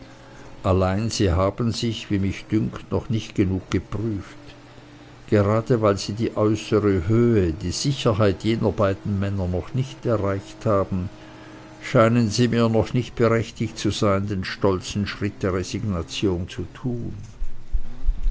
allein sie haben sich wie mich dünkt noch nicht genug geprüft gerade weil sie die äußere höhe die sicherheit jener beiden männer noch nicht erreicht haben scheinen sie mir noch nicht berechtigt zu sein den stolzen schritt der resignation zu tun